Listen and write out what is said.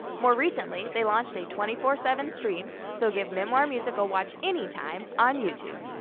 more recently, they launched a twenty four seven stream so give memoir music a watch anytime on youtube!